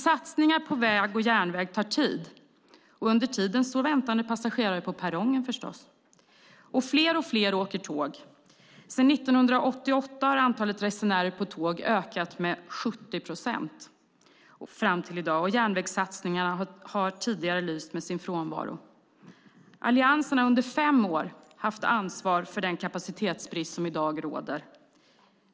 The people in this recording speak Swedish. Satsningar på väg och järnväg tar dock tid, och under tiden står förstås väntande passagerare på perrongen. Fler och fler åker också tåg. Sedan 1998 fram till i dag har antalet resenärer på tåg ökat med 70 procent, men järnvägssatsningarna har tidigare lyst med sin frånvaro. Alliansen har under fem år haft ansvar för den kapacitetsbrist som i dag råder.